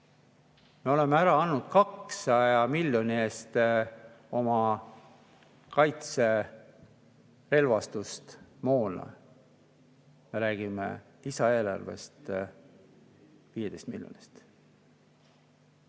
Me oleme ära andnud 200 miljoni eest oma kaitserelvastust, moona. Me räägime lisaeelarves 15 miljonist!